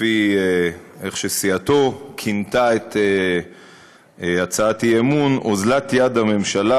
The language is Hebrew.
לפי איך שסיעתו כינתה את הצעת האי-אמון: אוזלת יד הממשלה